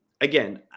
again –